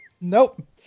Nope